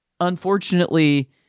unfortunately